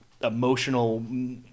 emotional